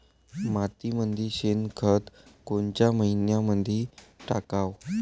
मातीमंदी शेणखत कोनच्या मइन्यामंधी टाकाव?